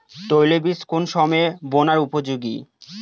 তৈলবীজ কোন সময়ে বোনার উপযোগী?